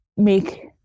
make